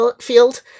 field